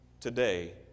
Today